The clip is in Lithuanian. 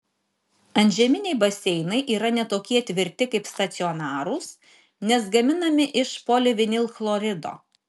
antžeminiai baseinai yra ne tokie tvirti kaip stacionarūs nes gaminami iš polivinilchlorido